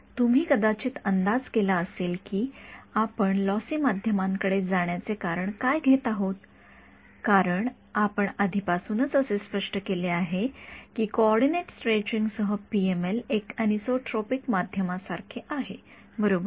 तुम्ही कदाचित अंदाज केला असेल की आपण लॉसी माध्यमांकडे जाण्याचे कारण काय घेत आहोत कारण आपण आधीपासूनच असे स्पष्ट केले आहे की कोऑर्डिनेट स्ट्रेचिंग सह पीएमएल एक एनिसोट्रॉपिक माध्यमासारखे आहे बरोबर